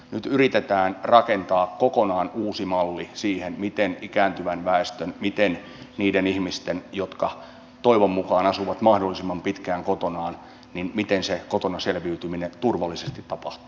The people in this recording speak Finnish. nyt yritetään rakentaa kokonaan uusi malli siihen miten ikääntyvän väestön niiden ihmisten jotka toivon mukaan asuvat mahdollisimman pitkään kotonaan kotona selviytyminen turvallisesti tapahtuu